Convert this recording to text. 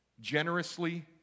generously